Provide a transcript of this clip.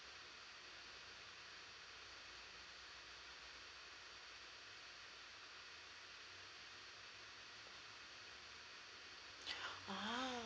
ah